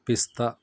പിസ്ത